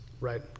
right